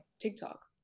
TikTok